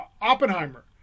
Oppenheimer